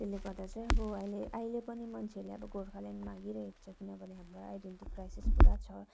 त्यसले गर्दा चाहिँ अब अहिले अहिले पनि मान्छेहरूले अब गोर्खाल्यान्ड मागिरहेको छ किनभने हाम्रो आइडेन्टटिटी क्राइसिस पुरा छ